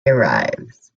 arrives